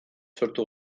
sortu